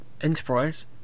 Enterprise